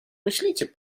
myślicie